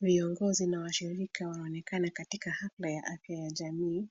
viongozi na washirika wanaonekana katika hafla ya afya ya jamii